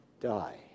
die